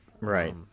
Right